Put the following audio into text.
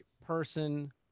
person